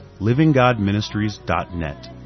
livinggodministries.net